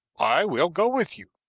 i will go with you.